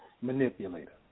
manipulator